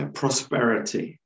prosperity